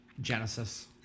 Genesis